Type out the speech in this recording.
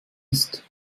ist